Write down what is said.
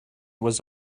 was